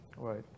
Right